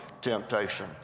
temptation